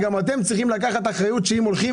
גם אתם צריכים לקחת אחריות שאם הולכים